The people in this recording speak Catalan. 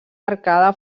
arcada